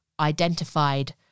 Identified